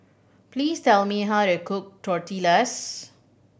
please tell me how to cook Tortillas